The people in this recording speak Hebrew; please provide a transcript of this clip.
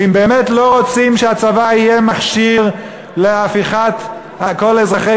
ואם באמת לא רוצים שהצבא יהיה מכשיר להפיכת כל אזרחי